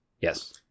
Yes